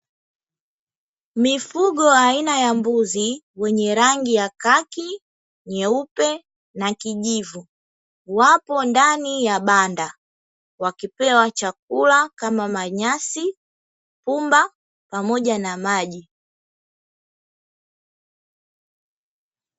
Mifugo aina ya mbuzi, wenye rangi ya kaki, nyeupe na kijivu wapo ndani ya banda wakipewa chakula kama manyasi, pumba pamoja na maji.